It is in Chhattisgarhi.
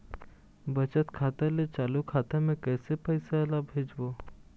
बचत खाता ले चालू खाता मे कैसे पैसा ला भेजबो?